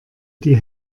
die